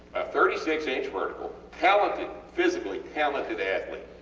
a thirty six inch vertical talented, physically talented athlete,